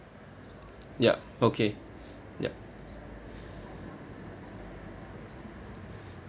yup okay yup